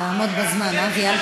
תעמוד בזמן, אבי.